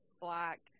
black